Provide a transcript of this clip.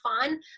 fun